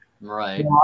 Right